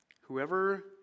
whoever